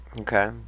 Okay